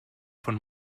von